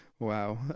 Wow